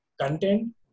content